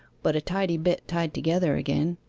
but a tidy bit tied together again.